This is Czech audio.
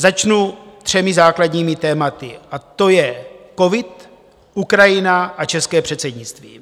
Začnu třemi základními tématy, a to je covid, Ukrajina a české předsednictví.